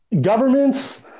governments